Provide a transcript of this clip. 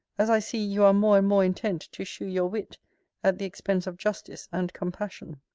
as i see you are more and more intent to shew your wit at the expense of justice and compassion.